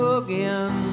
again